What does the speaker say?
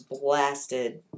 blasted